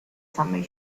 samej